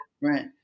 Right